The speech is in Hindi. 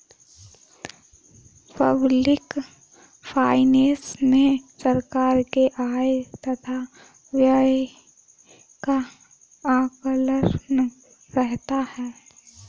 पब्लिक फाइनेंस मे सरकार के आय तथा व्यय का आकलन रहता है